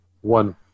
One